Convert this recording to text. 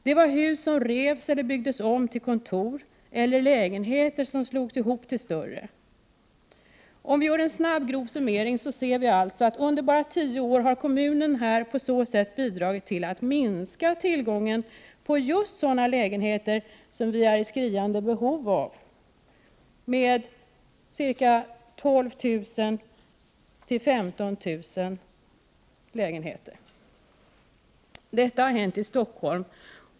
Det var hus som revs eller byggdes om till kontor eller lägenheter som slogs ihop till större. Om vi gör en snabb, grov summering ser vi alltså att under bara 10 år har kommunen på så sätt bidragit till att med ca 12 000-15 000 lägenheter minska tillgången på just sådana lägenheter som vi är i skriande behov av. Detta har hänt i Stockholm.